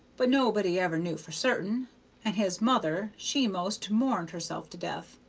but nobody ever knew for certain and his mother she most mourned herself to death.